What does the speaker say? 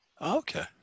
Okay